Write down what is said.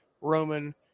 roman